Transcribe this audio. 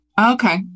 Okay